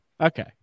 okay